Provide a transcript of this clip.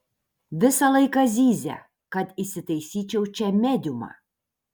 visą laiką zyzia kad įsitaisyčiau čia mediumą